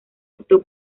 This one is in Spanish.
optó